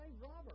Robert